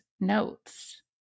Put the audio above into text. notes